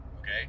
okay